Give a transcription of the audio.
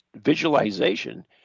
visualization